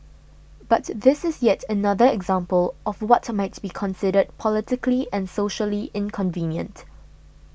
but this is yet another example of what might be considered politically and socially inconvenient